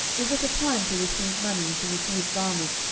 is it a time to receive money, and to receive garments,